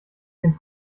den